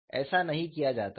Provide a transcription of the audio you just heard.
ऐसा नहीं किया जाता है